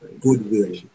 goodwill